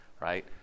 right